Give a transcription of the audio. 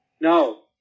No